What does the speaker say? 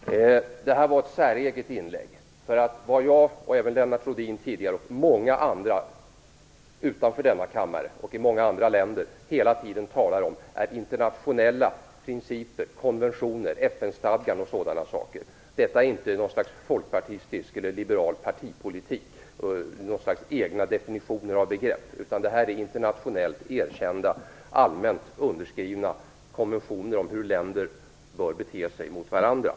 Herr talman! Det här var ett säreget inlägg. Vad jag liksom Lennart Rohdin tidigare och många andra utanför denna kammare och i många andra länder hela tiden talar om är internationella principer, konventioner, FN-stadgan och sådana saker. Detta är inte något slags folkpartistisk eller liberal partipolitik, något slags egna definitioner av begrepp, utan det här är internationellt erkända, allmänt underskrivna konventioner om hur länder bör bete sig mot varandra.